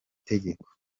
tegeko